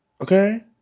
Okay